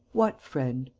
what friend?